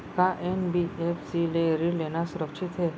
का एन.बी.एफ.सी ले ऋण लेना सुरक्षित हे?